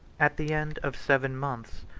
at the end of seven months,